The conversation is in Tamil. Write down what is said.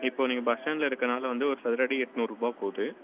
இப்போ நீங்கள் பஸ் ஸ்டாண்ட்டில இருக்கறதனால வந்து ஒரு சதுரடி எட்நூறுரூபா போது